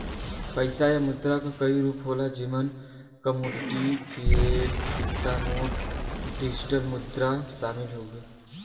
पइसा या मुद्रा क कई रूप होला जेमन कमोडिटी, फ़िएट, सिक्का नोट, डिजिटल मुद्रा शामिल हउवे